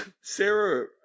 Sarah